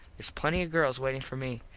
theres plenty of girls waitin for me.